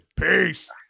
Peace